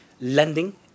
lending